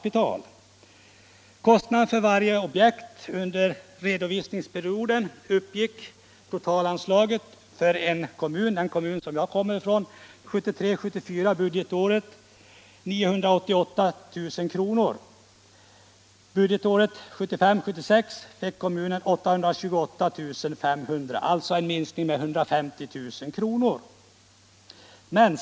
Totalanslaget för varje objekt under redovisningsperioden, budgetåret 1973 76 var anslaget 828 500 kr., alltså en minskning med mer än 150 000 kr.